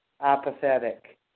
apathetic